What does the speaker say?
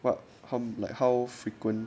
what hmm like how frequent